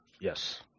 Yes